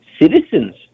Citizens